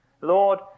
Lord